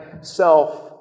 self-